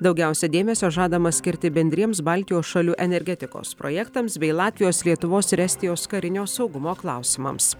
daugiausiai dėmesio žadama skirti bendriems baltijos šalių energetikos projektams bei latvijos lietuvos ir estijos karinio saugumo klausimams